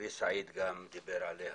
חברי סעיד גם דיבר עליה